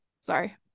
Sorry